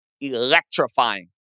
electrifying